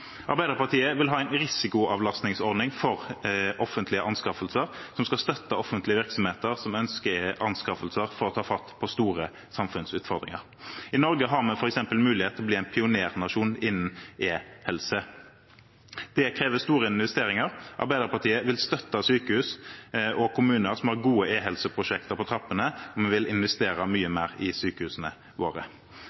Arbeiderpartiet vil ha en risikoavlastningsordning for offentlige anskaffelser, som skal støtte offentlige virksomheter som ønsker anskaffelser for å ta fatt på store samfunnsutfordringer. I Norge har vi f.eks. mulighet til å bli en pionernasjon innen e-helse. Det krever store investeringer. Arbeiderpartiet vil støtte sykehus og kommuner som har gode e-helseprosjekter på trappene. Vi vil investere mye